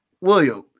William